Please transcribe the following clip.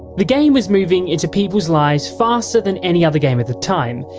the game was moving into people's lives faster than any other game at the time,